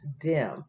dim